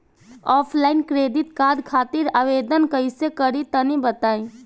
Offline credit card खातिर आवेदन कइसे करि तनि बताई?